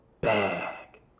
bag